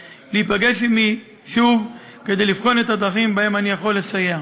להיפגש עמי שוב כדי לבחון את הדרכים שבהן אני יכול לסייע.